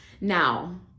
Now